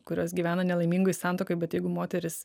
kurios gyvena nelaimingoj santuokoj bet jeigu moteris